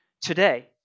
today